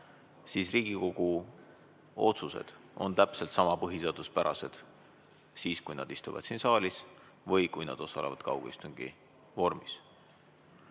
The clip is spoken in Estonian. siis Riigikogu otsused on täpselt sama põhiseaduspärased nii siis, kui nad istuvad siin saalis, kui ka siis, kui nad osalevad kaugistungi vormis.